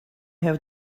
have